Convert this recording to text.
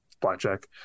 blackjack